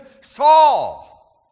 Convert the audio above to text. Saul